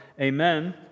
Amen